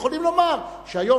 יכולים לומר שהיום,